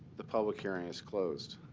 the public hearing is closed.